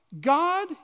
God